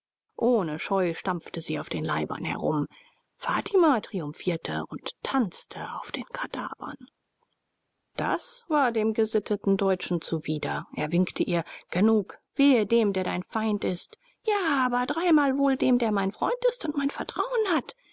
ohne scheu stampfte sie auf den leibern herum fatima triumphierte und tanzte auf den kadavern das war dem gesitteten deutschen zuwider er winkte ihr genug wehe dem der dein feind ist ja aber dreimal wohl dem der mein freund ist und mein vertrauen hat